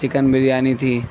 chicken biryani تھی